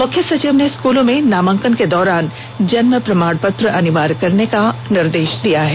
मुख्य सचिव ने स्कूलों में नामांकन के दौरान जन्म प्रमाण पत्र को अनिवार्य करने का भी निर्देश दिया है